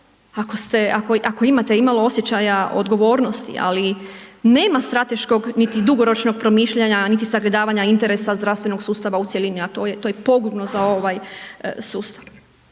Ako imate imalo osjećaja odgovornosti ali nema strateškog niti dugoročnog promišljanja niti sagledavanja interesa zdravstvenog sustava u cjelini a to je pogubno za ovaj sustav.